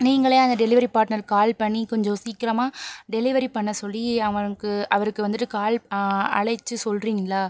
நீங்களே அந்த டெலிவரி பாட்னருக்கு கால் பண்ணி கொஞ்சம் சீக்கிரமாக டெலிவரி பண்ண சொல்லி அவனுக்கு அவருக்கு வந்துட்டு கால் அழைத்து சொல்கிறிங்களா